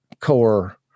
core